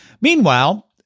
Meanwhile